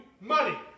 money